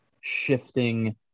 shifting